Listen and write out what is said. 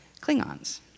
Klingons